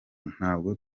ntabwo